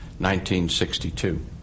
1962